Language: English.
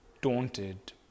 daunted